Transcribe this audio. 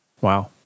Wow